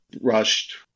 rushed